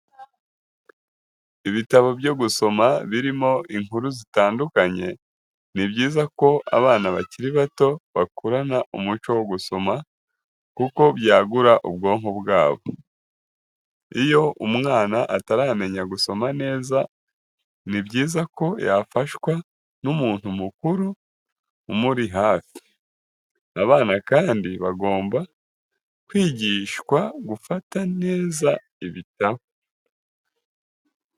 Ibitabo byo gusoma birimo inkuru zitandukanye, ni byiza ko abana bakiri bato bakurana umuco wo gusoma kuko byagura ubwonko bwabo iyo umwana ataramenya gusoma neza ni byiza ko yafashwa n'umuntu mukuru umuri hafi. abana kandi bagomba kwigishwa gufata neza ibitabo.